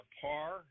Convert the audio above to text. par